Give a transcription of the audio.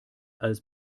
als